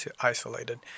isolated